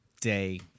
Day